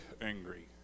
angry